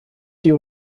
die